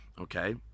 okay